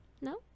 No